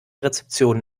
rezeption